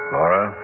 Laura